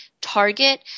target